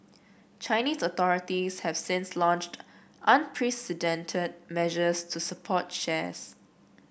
Chinese authorities have since launched unprecedented measures to support shares